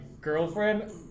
girlfriend